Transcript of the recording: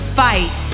fight